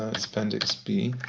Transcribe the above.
ah it's appendix b.